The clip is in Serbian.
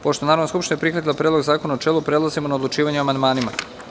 Pošto je Narodna skupština prihvatila Predlog zakona u načelu, prelazimo na odlučivanje o amandmanima.